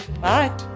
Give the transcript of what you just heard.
Bye